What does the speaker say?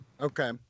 Okay